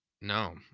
no